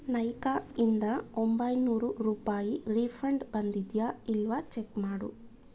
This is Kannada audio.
ನೈಕ ಇಂದ ಒಂಬೈನೂರು ರೂಪಾಯಿ ರೀಫಂಡ್ ಬಂದಿದೆಯಾ ಇಲ್ಲವಾ ಚೆಕ್ ಮಾಡು